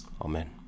Amen